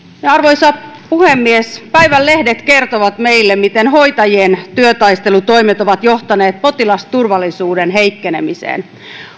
arvoisa puhemies päivän lehdet kertovat meille miten hoitajien työtaistelutoimet ovat johtaneet potilasturvallisuuden heikkenemiseen